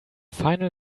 final